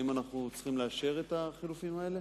האם אנחנו צריכים לאשר את החילופין האלה?